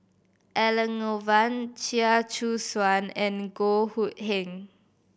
Elangovan Chia Choo Suan and Goh Hood Keng